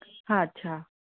हा अच्छा